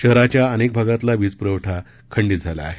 शहराच्या अनेक भागातील वीजपुरवठा खंडित झाला आहे